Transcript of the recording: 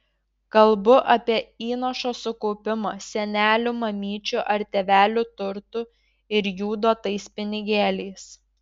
kalbu apie įnašo sukaupimą senelių mamyčių ar tėvelių turtu ir jų duotais pinigėliais